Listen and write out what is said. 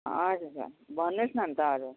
हजुर भन्नुहोस् न अन्त अरू